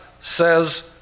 says